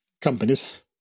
companies